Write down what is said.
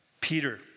Peter